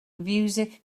fiwsig